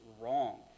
wrong